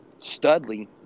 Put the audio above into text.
Studley